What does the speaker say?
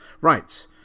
Right